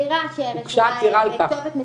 הוגשה עתירה על כך.